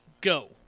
Go